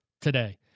today